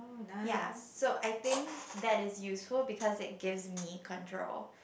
ya so I think that is useful because it gives me control